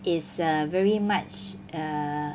is err very much err